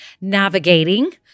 navigating